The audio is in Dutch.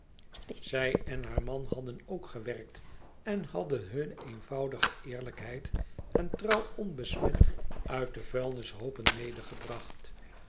zij en haar man hadden ook gewerkt en hadden hunne eenvoudige eerlijkheid en trouw onbesmet uit de